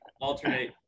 alternate